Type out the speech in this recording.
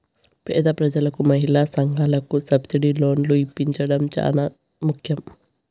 పేద ప్రజలకు మహిళా సంఘాలకు సబ్సిడీ లోన్లు ఇప్పించడం చానా ముఖ్యం